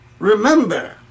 Remember